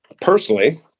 personally